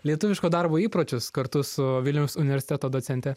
lietuviško darbo įpročius kartu su vilniaus universiteto docente